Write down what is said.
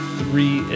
three